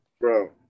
bro